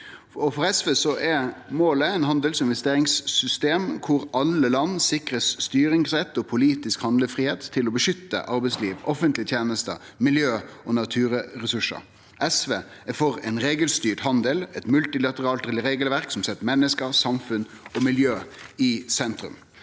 For SV er målet eit handels- og investeringssystem der alle land blir sikra styringsrett og politisk handlefridom til å beskytte arbeidsliv, offentlege tenester og miljø- og naturressursar. SV er for ein regelstyrt handel, eit multilateralt regelverk som set menneske, samfunn og miljø i sentrum,